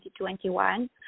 2021